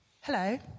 Hello